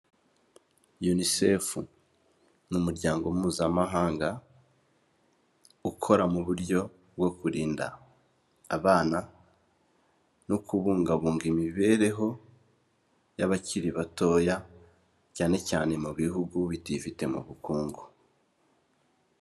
Yunisefu ni umuryango mpuzamahanga ukora mu buryo bwo kurinda abana no kubungabunga imibereho y'abakiri batoya cyane cyane mu bihugu bitifite mu bukungu.